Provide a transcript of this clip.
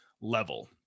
level